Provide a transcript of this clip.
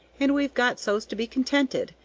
and we've got so's to be contented,